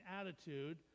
attitude